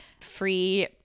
free